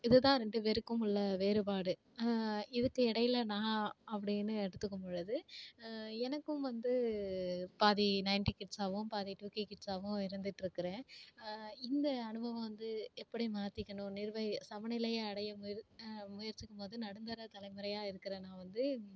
இதுதான் ரெண்டு பேருக்கும் உள்ள வேறுபாடு இதுக்கு இடையில் நான் அப்படின்னு எடுத்துக்கும் பொழுது எனக்கும் வந்து பாதி நைன்டி கிட்ஸாகவும் பாதி டூகே கிட்ஸாகவும் இருந்துட்டு இருக்கிறேன் இந்த அனுபவம் வந்து எப்படி மாற்றிக்கணும் நிர்வகி சம நிலைய அடைய முயற்சிக்கும் போது நடுந்தர தலைமுறையாக இருக்குற நான் வந்து